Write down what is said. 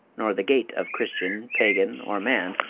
nor the gait of christian, pagan, or man,